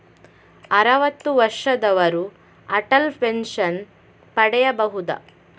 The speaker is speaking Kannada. ಅರುವತ್ತು ವರ್ಷದವರು ಅಟಲ್ ಪೆನ್ಷನ್ ಪಡೆಯಬಹುದ?